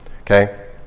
okay